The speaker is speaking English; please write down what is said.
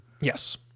Yes